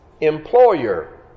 employer